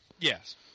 Yes